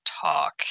talk